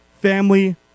family